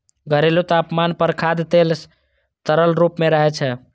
घरेलू तापमान पर खाद्य तेल तरल रूप मे रहै छै